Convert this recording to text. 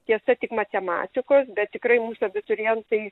tiesa tik matematikos bet tikrai mūsų abiturientai